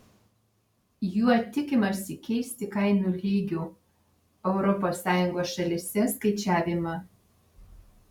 juo tikimasi keisti kainų lygių europos sąjungos šalyse skaičiavimą